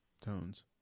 tones